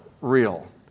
real